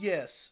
Yes